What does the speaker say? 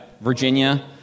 Virginia